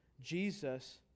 jesus